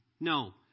No